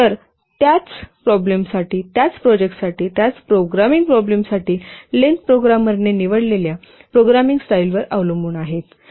तर त्याच त्याच प्रॉब्लेमसाठी त्याच प्रोजेक्टसाठी त्याच प्रोग्रामिंग प्रॉब्लेमसाठी लेन्थ प्रोग्रामरने निवडलेल्या प्रोग्रामिंग स्टाईलवर अवलंबून असेल